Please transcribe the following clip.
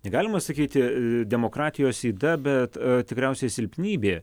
negalima sakyti demokratijos yda bet tikriausiai silpnybė